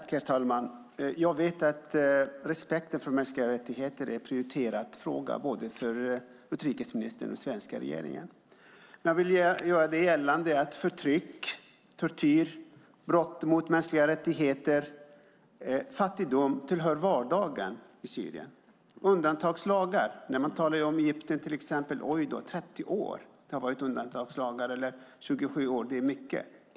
Herr talman! Jag vet att respekten för mänskliga rättigheter är en prioriterad fråga både för utrikesministern och för den svenska regeringen. Förtryck, tortyr, brott mot mänskliga rättigheter och fattigdom tillhör vardagen i Syrien. I Egypten har man haft undantagslagar i 27 år, och det är mycket.